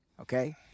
okay